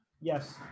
Yes